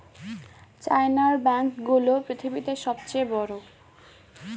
চায়নার ব্যাঙ্ক গুলো পৃথিবীতে সব চেয়ে বড়